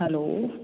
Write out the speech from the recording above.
hello